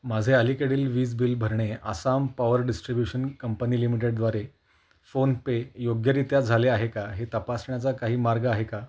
माझे अलीकडील वीज बिल भरणे आसाम पॉवर डिस्ट्रीब्युशन कंपनी लिमिटेडद्वारे फोनपे योग्यरित्या झाले आहे का हे तपासण्याचा काही मार्ग आहे का